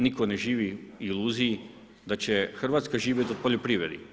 Nitko ne živi u iluziji da će Hrvatska živjet od poljoprivrede.